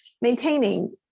maintaining